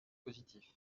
positif